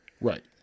Right